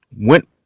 went